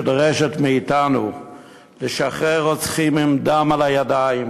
שדורשת מאתנו לשחרר רוצחים עם דם על הידיים,